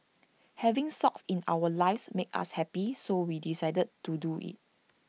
having socks in our lives makes us happy so we decided to do IT